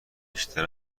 بیشتر